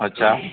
અચ્છા